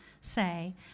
say